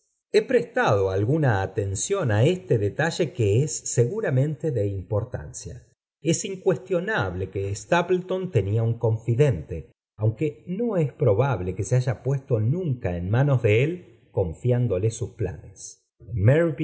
he prestado alguna atención á este detall que es seguramente de importancia es incuestio nable que stapleton tenía un confidente aunque no es probable que se haya puesto nunca en nía nos de él confiándole sus planes